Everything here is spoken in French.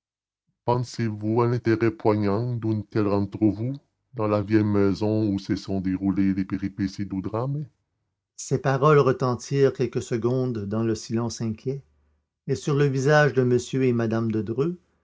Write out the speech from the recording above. pensez-vous à l'intérêt poignant d'une telle entrevue dans la vieille maison où se sont déroulées les péripéties du drame ses paroles retentirent quelques secondes dans le silence inquiet et sur le visage de m et mme